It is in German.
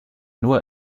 nur